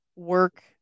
Work